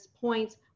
points